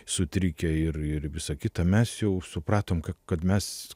sutrikę ir ir visą kitą mes jau supratom kad kad mes